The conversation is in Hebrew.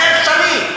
זה אפשרי.